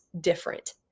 different